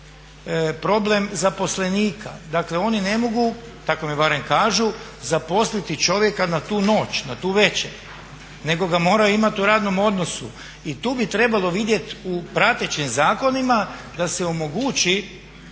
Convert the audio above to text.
problem zaposlenika. Dakle, oni ne mogu tako mi barem kažu, zaposliti čovjeka na tu noć, na tu veče, nego ga moraju imati u radnom odnosu i tu bi trebalo vidjeti u pratećim zakonima da se omogući